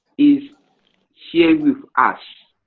is here with us.